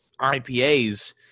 IPAs